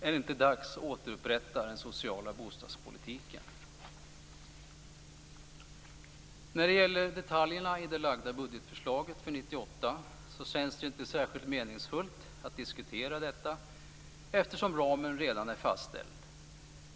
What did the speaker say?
Är det inte dags att återupprätta den sociala bostadspolitiken? känns inte särskilt meningsfulla att diskutera eftersom ramen redan är fastställd.